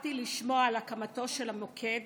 שמחתי לשמוע על הקמתו של המוקד